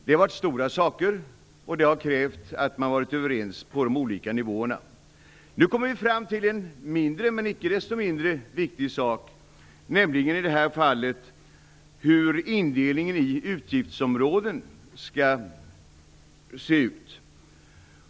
Det har varit stora förändringar som har krävt att man har varit överens på de olika nivåerna. Nu kommer vi fram till en mindre men icke desto mindre viktig sak, nämligen hur indelningen i utgiftsområden skall se ut.